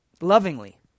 lovingly